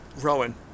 Rowan